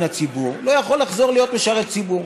הציבור לא יכול לחזור להיות משרת ציבור,